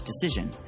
decision